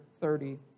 thirty